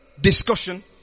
discussion